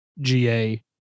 GA